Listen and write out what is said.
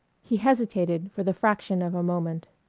he hesitated for the fraction of a moment.